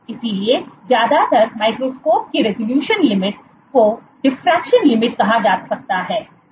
इसलिए ज्यादातर माइक्रोस्कोप की रिजॉल्यूशन लिमिट को डिफरेंट लिमिट कहा जा सकता है